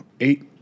Eight